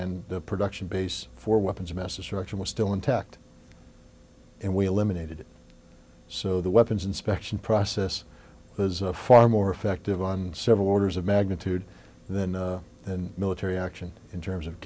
and the production base for weapons of mass destruction was still intact and we eliminated so the weapons inspection process was of far more effective on several orders of magnitude than in military action in terms of